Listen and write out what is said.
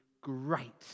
great